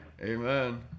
Amen